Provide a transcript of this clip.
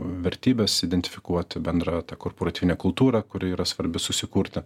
vertybes identifikuoti bendrą tą korporatyvinę kultūrą kuri yra svarbi susikurti